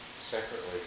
separately